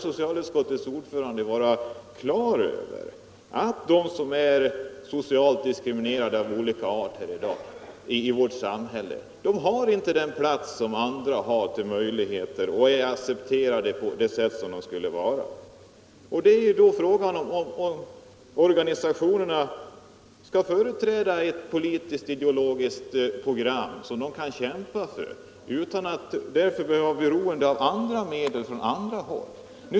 Socialutskottets ordförande borde väl ändå ha klart för sig att de som är socialt diskriminerade i vårt samhälle inte har den plats och de möjligheter som andra har, inte är accepterade som de borde vara. | Frågan är då om organisationerna skall företräda ett politiskt-ideologiskt program som de kan kämpa för utan att för det vara beroende av medel från annat håll.